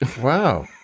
Wow